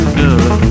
good